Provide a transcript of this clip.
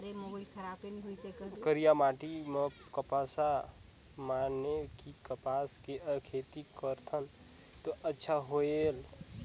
करिया माटी म कपसा माने कि कपास के खेती करथन तो अच्छा होयल?